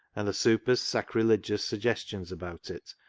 and the super's sacrilegious suggestions about it,